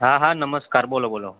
હાં હાં નમસ્કાર બોલો બોલો